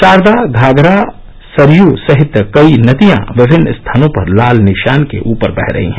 शारदा घाघरा सरय सहित कई नदिया विभिन्न स्थानों पर लाल निशान के ऊपर वह रही हैं